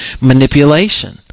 manipulation